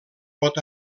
pot